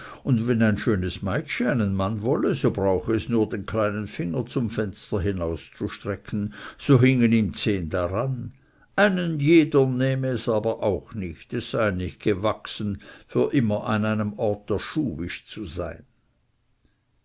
und wenn ein schönes meitschi einen mann wolle so brauche es nur den kleinen finger zum fenster hinauszustrecken so hingen ihm zehn daran einen jedern nehme es aber auch nicht es sei nicht gewachsen für an einem orte der schuhwisch zu sein